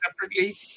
separately